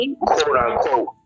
quote-unquote